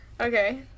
okay